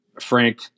Frank